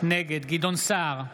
נגד גדעון סער,